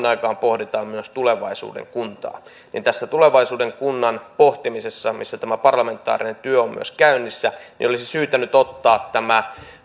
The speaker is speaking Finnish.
aikaan pohditaan myös tulevaisuuden kuntaa niin tässä tulevaisuuden kunnan pohtimisessa missä tämä parlamentaarinen työ on myös käynnissä olisi syytä nyt ottaa tämä